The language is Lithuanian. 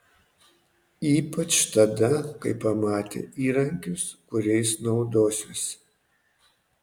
ypač tada kai pamatė įrankius kuriais naudosiuosi